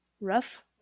Rough